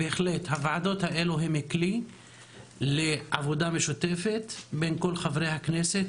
בהחלט הוועדות האלה הן כלי לעבודה משותפת בין כל חברי הכנסת,